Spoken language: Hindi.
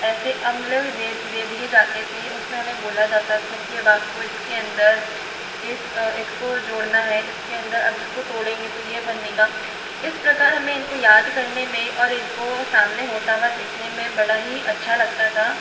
ऐसे अम्ल दे दे दिए जाते थे उसमें हमें बोला जाता था कि अब आपको इसके अंदर इस इसको जोड़ना है इसके अंदर अब इसको तोड़ेंगे तो ये बनेगा इस प्रकार हमें इनको याद करने में और इनको सामने होता हुआ देखने में बड़ा ही अच्छा लगता था